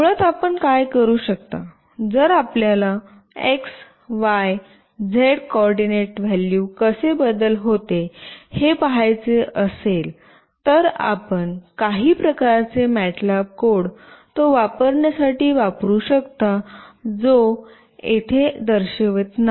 मुळात आपण काय करू शकता जर आपल्याला X Y Z coordinate value कसे बदल होते ते पहायचे असेल तर आपण काही प्रकारचे मॅट्लॅब कोड तो वापरण्यासाठी वापरू शकता जो आम्ही नाही येथे दर्शवित आहे